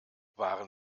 waren